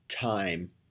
time